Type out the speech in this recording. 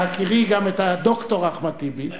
בהכירי את ד"ר אחמד טיבי,